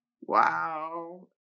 Wow